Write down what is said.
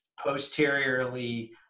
posteriorly